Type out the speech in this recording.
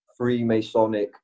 Freemasonic